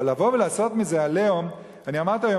אבל לבוא ולעשות מזה "עליהום" אני אמרתי היום